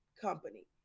company